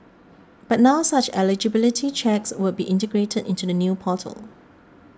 but now such eligibility checks would be integrated into the new portal